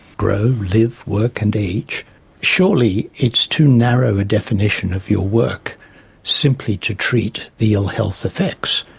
grow, live, work and age surely it's too narrow a definition of your work simply to treat the ill health effects.